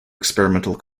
experimental